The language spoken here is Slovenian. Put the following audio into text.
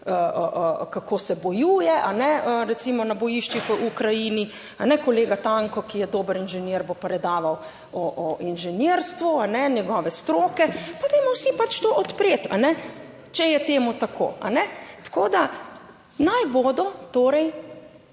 kako se bojuje, a ne recimo na bojiščih v Ukrajini, kolega Tanko, ki je dober inženir, bo predaval o inženirstvu njegove stroke. Pa dajmo vsi pač to odpreti, če je temu tako. Tako da naj bodo torej